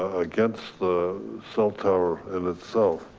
against the cell tower and itself.